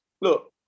look